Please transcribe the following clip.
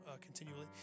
continually